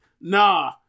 Nah